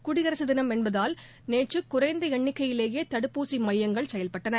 குடியரசுதினம் என்பதால் நேற்றுகுறைந்தஎண்ணிக்கையிலேயேதடுப்பூசிமையங்கள் செயல்பட்டன